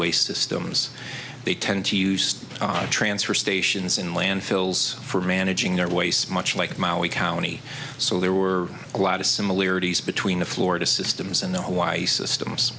waste systems they tend to use transfer stations in landfills for managing their wastes much like molly county so there were a lot of similarities between the florida systems and the hawaii systems